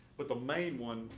but the main one